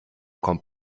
kommt